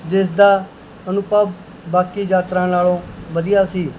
ਜਿਸ ਦਾ ਅਨੁਭਵ ਬਾਕੀ ਯਾਤਰਾਵਾਂ ਨਾਲੋਂ ਵਧੀਆ ਸੀ